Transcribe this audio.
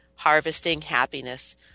HarvestingHappiness